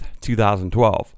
2012